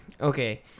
Okay